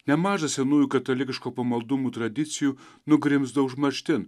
nemaža senųjų katalikiško pamaldumų tradicijų nugrimzdo užmarštin